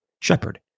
shepherd